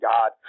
God